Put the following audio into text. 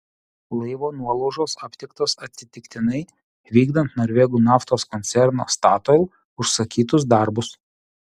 laivo nuolaužos aptiktos atsitiktinai vykdant norvegų naftos koncerno statoil užsakytus darbus